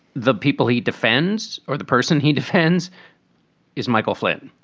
the people he defends or the person he defends is michael flynn,